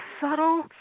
subtle